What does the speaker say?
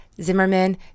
Zimmerman